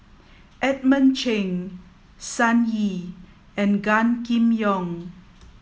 Edmund Cheng Sun Yee and Gan Kim Yong